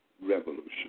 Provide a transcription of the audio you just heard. revolution